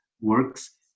works